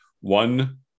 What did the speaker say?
one